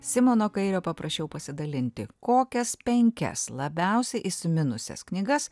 simono kairio paprašiau pasidalinti kokias penkias labiausiai įsiminusias knygas